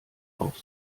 auch